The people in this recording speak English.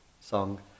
song